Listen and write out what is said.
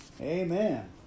Amen